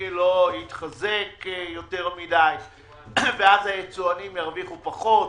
שהשקל יתחזק יותר מדי ואז היצואנים ירוויחו פחות.